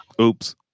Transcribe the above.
Oops